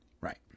right